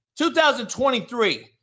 2023